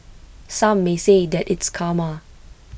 some may say that it's karma